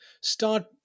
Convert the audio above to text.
start